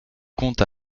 conte